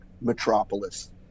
metropolis